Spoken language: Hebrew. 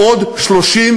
עוד 37